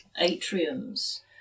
atriums